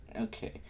Okay